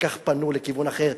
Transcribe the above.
אחר כך פנו לכיוון אחר,